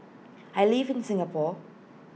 I live in Singapore